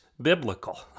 Biblical